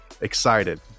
excited